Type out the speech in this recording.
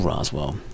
Roswell